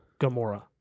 Gamora